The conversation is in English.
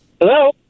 Hello